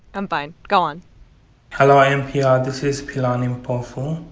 i'm fine. go on hello, npr. this is pilani parfum.